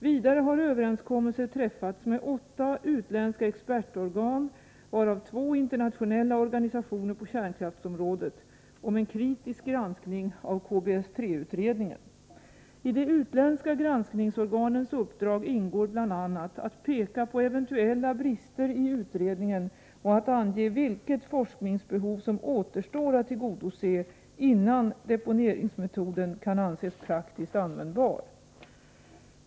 Vidare har överenskommelser träffats med åtta utländska expertorgan, varav två internationella organisationer på kärnkraftsområdet, om en kritisk granskning av KBS-3-utredningen. I de utländska granskningsorganens uppdrag ingår bl.a. att peka på eventuella brister i utredningen och att ange Nr 65 vilket forskningsbehov som återstår att tillgodose innan deponeringsmetoden kan anses praktiskt användbar.